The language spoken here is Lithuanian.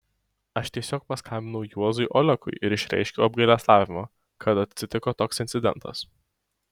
aš tiesiog paskambinau juozui olekui ir išreiškiau apgailestavimą kad atsitiko toks incidentas